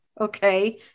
Okay